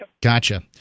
Gotcha